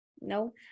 no